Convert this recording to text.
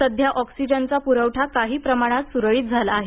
सध्या ऑक्सिजनचा पुरवठा काही प्रमाणात सुरळीत झाला आहे